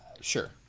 Sure